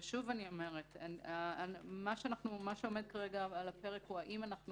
שוב אני אומרת מה שעומד כרגע על הפרק הוא האם אנחנו